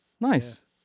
Nice